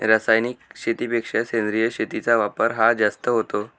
रासायनिक शेतीपेक्षा सेंद्रिय शेतीचा वापर हा जास्त होतो